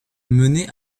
menée